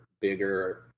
bigger